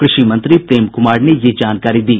कृषि मंत्री प्रेम कुमार ने ये जानकारी दी